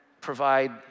provide